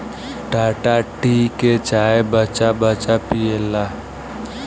Tata tea के चाय बच्चा बच्चा पियेला